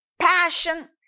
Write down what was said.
passion